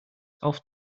auf